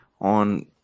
on